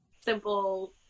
simple